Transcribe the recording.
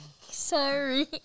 Sorry